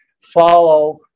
follow